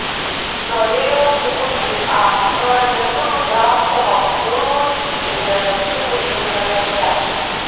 norėjau sukurti atsvarą lietuvių drabstomam purvui ir negatyvui internete